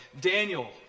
Daniel